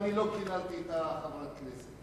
ואני לא קיללתי את חברת הכנסת.